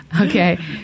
Okay